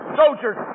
soldiers